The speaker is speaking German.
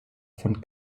von